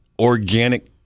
organic